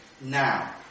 now